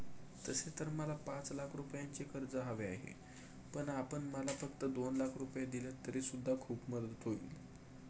तसे तर मला पाच लाख रुपयांचे कर्ज हवे आहे, पण आपण मला फक्त दोन लाख रुपये दिलेत तरी सुद्धा खूप मदत होईल